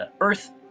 Earth